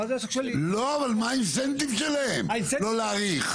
לא, אבל מה התמריץ שלהם לא להאריך?